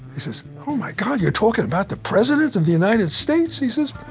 he says, oh my god, you're talking about the president of the united states? he says,